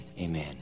Amen